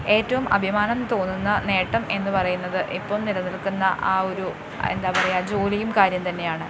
ഏറ്റവും അഭിമാനം തോന്നുന്ന നേട്ടം എന്നുപറയുന്നത് ഇപ്പം നിലനിൽക്കുന്ന ആ ഒരു എന്താ പറയുക ജോലിയും കാര്യം തന്നെയാണ്